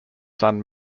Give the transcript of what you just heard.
son